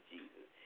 Jesus